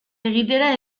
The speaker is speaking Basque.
egitera